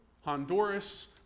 Honduras